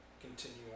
continue